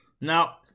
Now